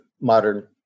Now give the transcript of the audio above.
modern